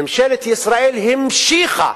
ממשלת ישראל המשיכה